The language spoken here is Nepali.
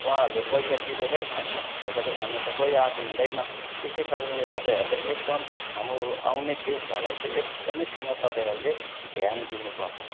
उहाँहरूले पैसा तिरेरै खान्छ फोकटिया खानु त कोही आएको हुँदैन त्यसै कारणले तपाईँहरूले एकदम हाम्रो आउने गेस्टहरूलाई चाहिँ एकदमसँग तपाईँहरूले ध्यान दिनु पर्छ